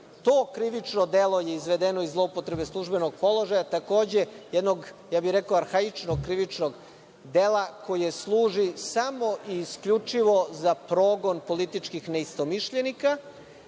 To krivično delo je izvedeno iz zloupotrebe službenog položaja, takođe jednog, ja bih rekao, arhaičnog krivičnog dela, koje služi samo i isključivo za progon političkih neistomišljenika,